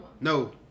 No